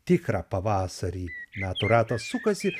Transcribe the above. tikrą pavasarį metų ratas sukasi